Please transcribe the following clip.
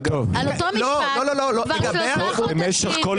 על אותו משקל כבר שלושה חודשים --- במשך כל